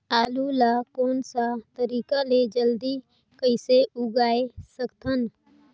आलू ला कोन सा तरीका ले जल्दी कइसे उगाय सकथन?